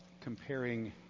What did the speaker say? comparing